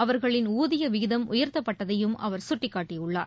அவர்களின் ஊதிய விகிதம் உயர்த்தப்பட்டதையும் அவர் சுட்டிக்காட்டியுள்ளார்